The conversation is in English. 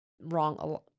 wrong